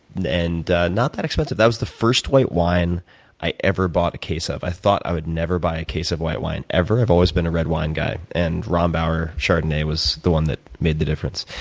and and not that expensive. that was the first white wine i ever bought a case of. i thought i would never buy a case of white wine ever. i've always been a red wine guy, and rombauer chardonnay was the one that made the difference.